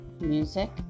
music